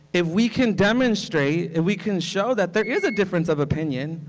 if we can demonstrate and we can show that there is a difference of opinion,